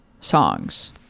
songs